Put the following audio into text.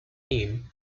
name